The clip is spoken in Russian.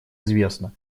известно